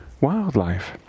wildlife